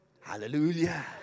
Hallelujah